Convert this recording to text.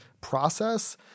process